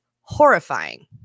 horrifying